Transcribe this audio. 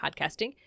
podcasting